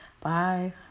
Bye